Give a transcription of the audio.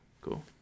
cool